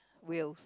wheels